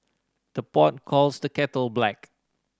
the pot calls the kettle black